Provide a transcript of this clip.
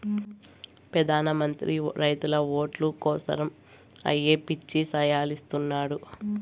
పెదాన మంత్రి రైతుల ఓట్లు కోసరమ్ ఏయో పిచ్చి సాయలిస్తున్నాడు